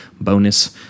bonus